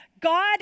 God